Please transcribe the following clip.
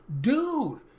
dude